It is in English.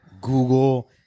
Google